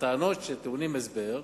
הטענות שטעונות הסבר,